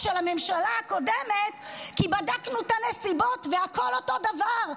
של הממשלה הקודמת כי בדקנו את הנסיבות והכול אותו דבר,